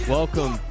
Welcome